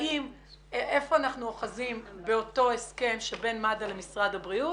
היכן אנחנו אוחזים באותו הסכם שבין מד"א למשרד הבריאות,